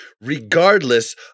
regardless